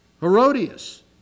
herodias